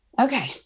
Okay